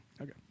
Okay